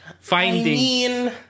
finding